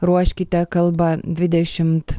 ruoškite kalbą dvidešimt